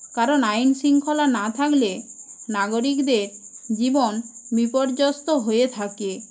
কারণ আইন শৃঙ্খলা না থাকলে নাগরিকদের জীবন বিপর্যস্ত হয়ে থাকে